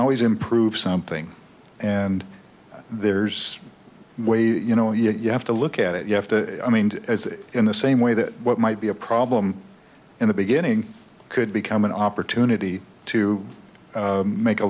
always improve something and there's ways you know you have to look at it you have to in the same way that what might be a problem in the beginning could become an opportunity to make a